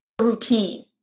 routine